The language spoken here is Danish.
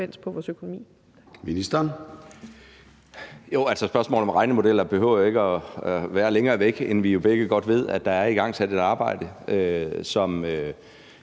for vores økonomi.